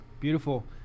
Beautiful